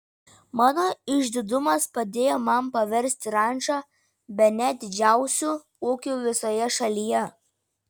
mano išdidumas padėjo man paversti rančą bene didžiausiu ūkiu visoje šalyje